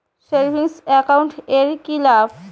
Savings account এর কি লাভ?